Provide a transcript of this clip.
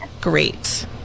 Great